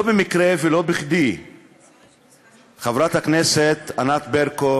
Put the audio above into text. לא במקרה ולא בכדי חברת הכנסת ענת ברקו